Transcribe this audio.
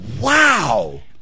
Wow